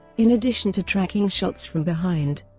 in addition to tracking shots from behind,